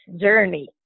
journey